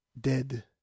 dead